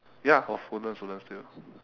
ya I was woodlands woodlands still